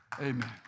Amen